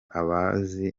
abazi